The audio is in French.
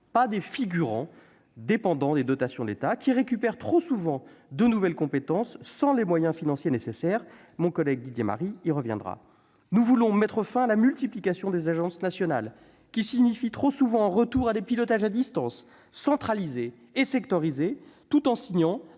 non des figurants dépendants des dotations de l'État, qui récupèrent trop souvent de nouvelles compétences sans les moyens financiers nécessaires- mon collègue Didier Marie y reviendra. Nous voulons mettre fin à la multiplication des agences nationales, qui signifie trop souvent le retour à des pilotages à distance centralisés et sectorisés tout en signant